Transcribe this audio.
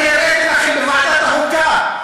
אני הראיתי לכם בוועדת החוקה.